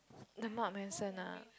lemak ah